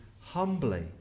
humbly